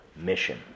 mission